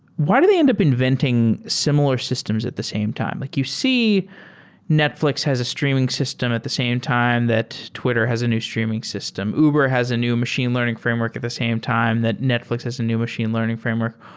why do they end up inventing similar systems at the same time? like you see netflix has a streaming system at the same time that twitter has a new streaming system. uber has a new machine learning framework at the same time that netflix has a new machine learning framework.